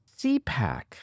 CPAC